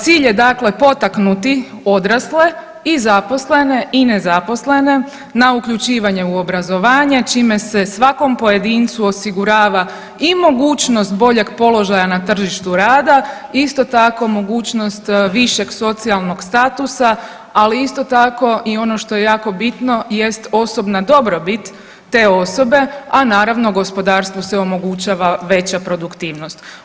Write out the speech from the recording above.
Cilj je dakle potaknuti odrasle i zaposlene i nezaposlene na uključivanje u obrazovanje čime se svakom pojedincu osigurava i mogućnost boljeg položaja na tržištu rada, isto tako mogućnost višeg socijalnog statusa, ali isto tako i ono što je jako bitno jest osobna dobrobit te osobe, a naravno gospodarstvu se omogućava veća produktivnost.